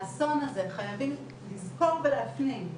האסון הזה, חייבים לזכור ולהפנים,